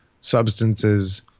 substances